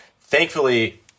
thankfully